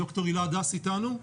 ד"ר הילה הדס איתנו?